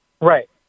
Right